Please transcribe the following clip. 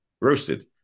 roasted